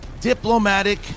Diplomatic